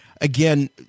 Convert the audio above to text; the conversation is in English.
again